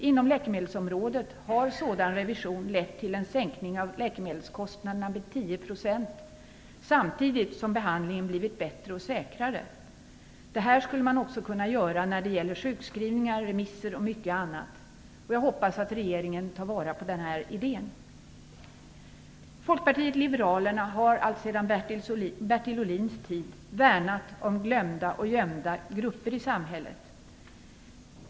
Inom läkemedelsområdet har sådan revision lett till en sänkning av läkemedelskostnaderna med 10 %, samtidigt som behandlingen har blivit bättre och säkrare. Detta skulle man kunna göra när det gäller sjukskrivningar, remisser och mycket annat. Jag hoppas att regeringen tar vara på denna idé. Folkpartiet liberalerna har alltsedan Bertil Ohlins tid värnat om glömda och gömda grupper i samhället.